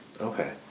Okay